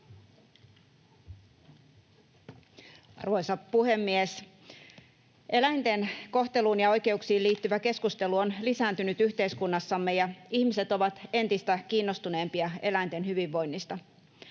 Arvoisa puhemies! Eläinten kohteluun ja oikeuksiin liittyvä keskustelu on lisääntynyt yhteiskunnassamme, ja ihmiset ovat entistä kiinnostuneempia eläinten hyvinvoinnista.